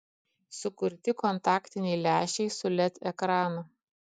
sukurti kontaktiniai lęšiai su led ekranu